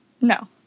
No